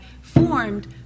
formed